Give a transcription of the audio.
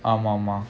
ஆமா:aamaaa